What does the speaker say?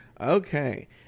Okay